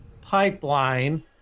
pipeline